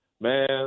Man